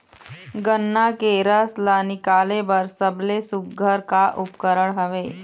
गन्ना के रस ला निकाले बर सबले सुघ्घर का उपकरण हवए?